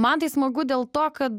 man tai smagu dėl to kad